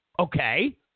Okay